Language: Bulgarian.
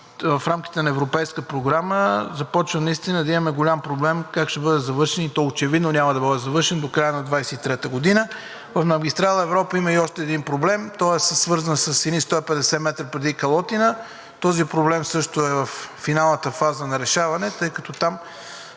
в рамките на европейска програма, започваме да имаме голям проблем как ще бъде завършен. И той очевидно няма да може да бъде завършен до края на 2023 г. За магистрала „Европа“ има и още един проблем, той е свързан с едни 150 метра преди Калотина. Този проблем също е във финалната фаза на решаване, тъй като там